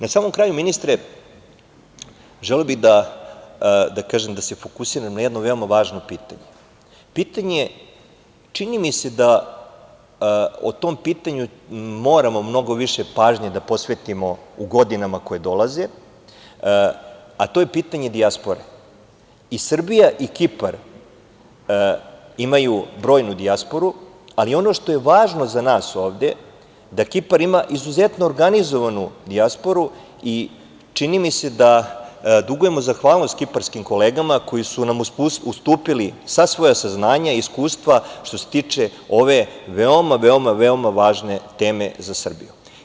Na samom kraju ministre želeo bih da se fokusiram na jedno veoma važno pitanje, pitanje, čini mi se da u tom pitanju moramo mnogo više pažnje da posvetimo u godinama koje dolaze, a to je pitanje dijaspore i Srbija i Kipar, imaju brojnu dijasporu, ali ono što je važno za nas ovde, da Kipar ima izuzetno organizovanu dijasporu i čini mi se da dugujemo zahvalnost Kiparskim kolegama koje su nam ustupili sva svoja saznanja i iskustva, što se tiče ove veoma važne teme za Srbiju.